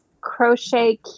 Crochet